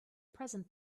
present